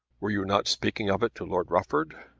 were you not speaking of it to lord rufford?